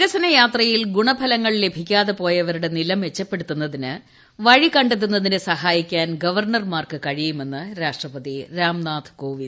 വികസന യാത്രയിൽ ഗുണഫലങ്ങൾ ലഭിക്കാതെ പോയവരുടെ നില മെച്ചപ്പെടുത്തുന്നതിന് വഴി കട ത്തുന്നതിന് സഹായിക്കാൻ ഗവർണർമാർക്ക് കഴിയുമെന്ന് രാഷ്ട്രപതി രാംനാഥ് കോവിന്ദ്